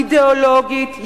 אידיאולוגית,